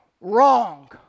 Wrong